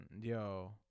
Yo